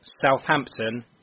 Southampton